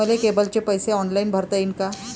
मले केबलचे पैसे ऑनलाईन भरता येईन का?